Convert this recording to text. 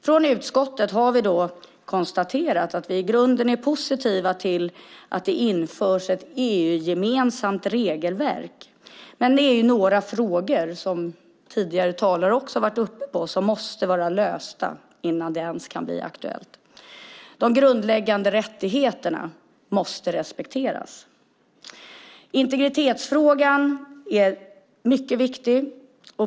Från utskottet har vi konstaterat att vi i grunden är positiva till att det införs ett EU-gemensamt regelverk, men det är några frågor som - och det har tidigare talare också varit inne på - måste vara lösta innan det ens kan bli aktuellt. De grundläggande rättigheterna måste respekteras. Integritetsfrågan är mycket viktig.